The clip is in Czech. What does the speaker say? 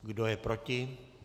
Kdo je proti?